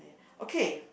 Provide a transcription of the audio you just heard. okay